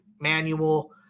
manual